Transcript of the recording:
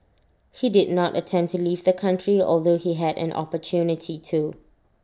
he did not attempt to leave the country although he had an opportunity to